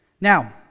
Now